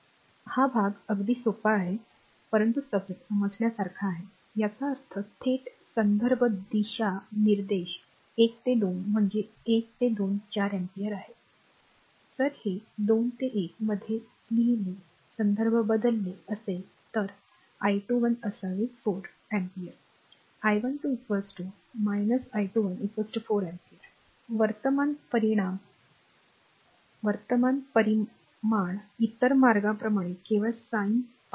हा भाग अगदी सोपा आहे परंतु समजण्यासारखा आहे याचा अर्थ थेट संदर्भ दिशानिर्देश 1 ते 2 म्हणजे 1 ते 2 4 अँपिअर पर्यंत जर हे 2 ते 1 मध्ये लिहिलेले संदर्भ बदलले असेल तर आय21 असावे 4 अँपिअर I12 I21 4 अँपिअर वर्तमान परिमाण इतर मार्गांप्रमाणे केवळ साइन पार्ट राहील